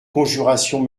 conjuration